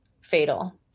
fatal